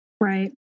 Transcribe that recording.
Right